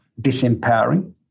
disempowering